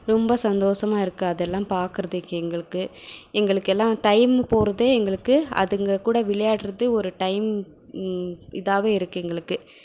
ரொம்ப சந்தோஷமாருக்கு அதெல்லாம் பார்க்குறதுக்கு எங்களுக்கு எங்களுக்கு எல்லாம் டைம் போகிறதே எங்களுக்கு அதுங்கள் கூட விளையாடுறது ஒரு டைம் இதாகவே இருக்குது எங்களுக்கு